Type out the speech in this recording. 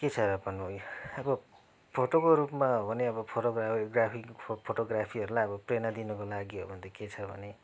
के छ र भन्नु नै अब फोटोको रूपमा हो भने फोटोग्राफर ग्राफी फोटोग्राफीहरूलाई अब प्रेरणा दिनुको लागि हो भने त के छ भने